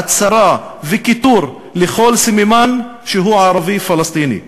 הצרה וכיתור של כל סממן שהוא ערבי-פלסטיני.